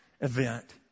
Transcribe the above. event